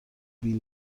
بیل